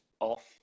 off